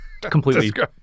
completely